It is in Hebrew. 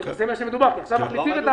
זה מה שמדובר כי עכשיו מחליפים את ההגדרה.